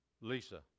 Lisa